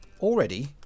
Already